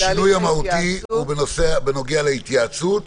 השינוי המהותי הוא בנוגע להתייעצות,